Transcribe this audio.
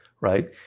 right